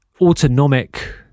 Autonomic